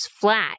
flat